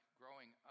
growing